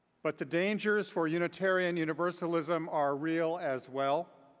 but the dangers for unitarian universalism are real as well.